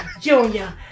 Junior